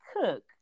cook